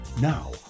Now